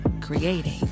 creating